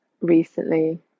recently